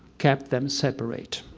kept them separate.